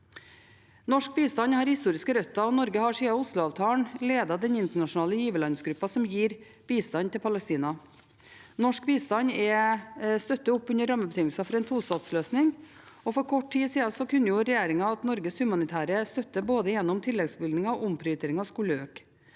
Norsk bistand har historiske røtter, og Norge har siden Oslo-avtalen ledet den internasjonale giverlandsgruppen som gir bistand til Palestina. Norsk bistand støtter opp under rammebetingelser for en tostatsløsning, og for kort tid siden kunngjorde regjeringen at Norges humanitære støtte, både gjennom tilleggsbevilgninger og omprioriteringer, skulle øke.